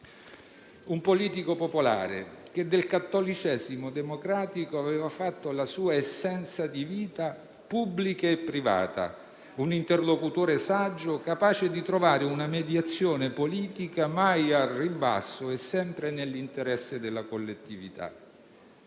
un politico popolare che del cattolicesimo democratico aveva fatto la sua essenza di vita pubblica e privata; un interlocutore saggio capace di trovare una mediazione politica, mai al ribasso e sempre nell'interesse della collettività.